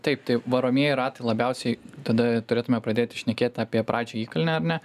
taip tai varomieji ratai labiausiai tada turėtume pradėti šnekėt apie pradžioj įkalnę ar ne